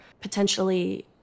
potentially